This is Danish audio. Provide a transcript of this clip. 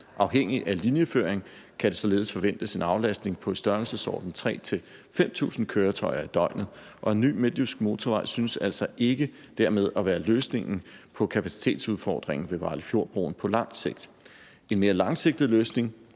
Afhængigt af linjeføring kan der således forventes en aflastning på i størrelsesordenen 3.000 til 5.000 køretøjer i døgnet, og en ny midtjysk motorvej synes altså ikke dermed at være løsningen på kapacitetsudfordringen ved Vejlefjordbroen på lang sigt. En mere langsigtet løsning